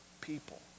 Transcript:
people